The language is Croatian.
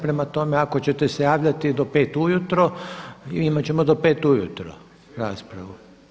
Prema tome, ako ćete se javljati do pet ujutro imat ćemo do pet ujutro raspravu.